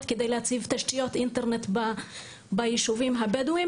כדי להציב תשתיות אינטרנט ביישובים הבדואיים.